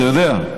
אתה יודע,